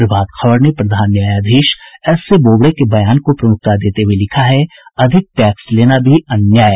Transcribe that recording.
प्रभात खबर ने प्रधान न्यायाधीश एस ए बोबड़े के बयान को प्रमुखता देते हुये लिखा है अधिक टैक्स लेना भी अन्याय